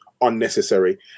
unnecessary